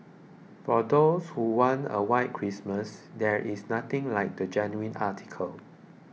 for those who want a white Christmas there is nothing like the genuine article